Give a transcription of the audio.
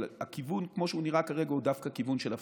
אבל הכיוון כמו שנראה כרגע הוא דווקא כיוון של הפחתה.